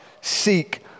seek